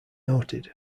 noted